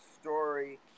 story